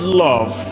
love